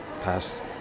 past